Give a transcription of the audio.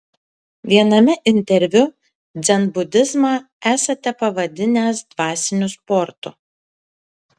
viename interviu dzenbudizmą esate pavadinęs dvasiniu sportu